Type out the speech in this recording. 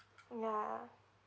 ya